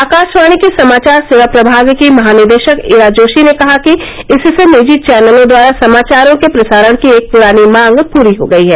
आकाशवाणी के समाचार सेवा प्रभाग की महानिदेशक ईरा जोशी ने कहा कि इससे निजी चैनलों द्वारा समाचारों के प्रसारण की एक पुरानी मांग पूरी हो गई है